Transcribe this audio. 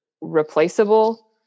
replaceable